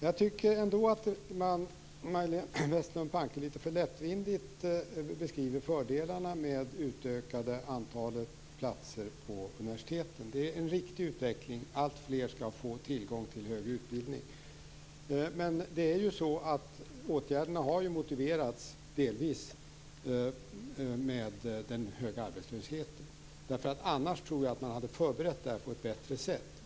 Jag tycker ändå att Majléne Westerlund Panke litet för lättvindigt beskriver fördelarna med ett utökat antal platser på universiteten. Det är en riktig utveckling. Alltfler skall få tillgång till högre utbildning. Åtgärderna har ju delvis motiverats med den höga arbetslösheten. Om det inte hade varit så tror jag att man hade förberett det här på ett bättre sätt.